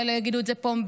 אולי לא יגידו את זה פומבי,